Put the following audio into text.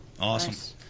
Awesome